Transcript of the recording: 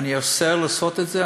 אני אוסר לעשות את זה.